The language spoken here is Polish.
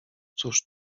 cóż